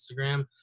instagram